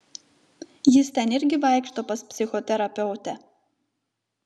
jis ten irgi vaikšto pas psichoterapeutę